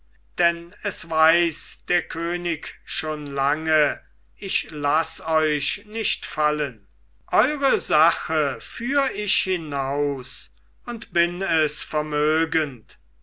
denn es weiß der könig schon lang ich laß euch nicht fallen eure sache führ ich hinaus und bin es vermögend